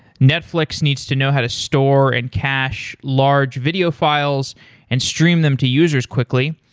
netflix needs to know how to store and cache large video files and stream them to users quickly,